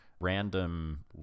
random